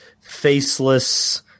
faceless